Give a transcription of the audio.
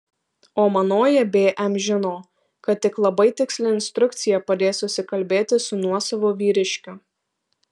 o manoji bm žino kad tik labai tiksli instrukcija padės susikalbėti su nuosavu vyriškiu